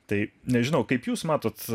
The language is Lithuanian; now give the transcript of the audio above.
tai nežinau kaip jūs matot